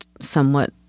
somewhat